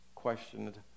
questioned